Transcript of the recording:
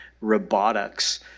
robotics